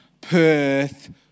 Perth